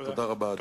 תודה רבה, אדוני.